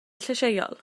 llysieuol